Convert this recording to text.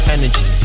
Energy